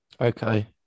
okay